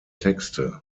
texte